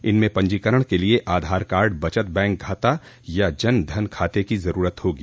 इनमें पंजीकरण के लिए आधार कार्ड बचत बैंक खाता या जन धन खाते की जरूरत होगी